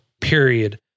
period